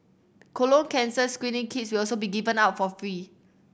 colon cancer screening kits will also be given out for free